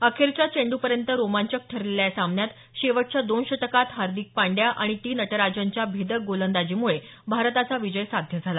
अखेरच्या चेंड्रपर्यंत रोमांचक ठरलेल्या या सामन्यात शेवटच्या दोन षटकांत हार्दिक पांड्या आणि टी नटराजनच्या भेदक गोलंदाजीमुळे भारताचा विजय साध्य झाला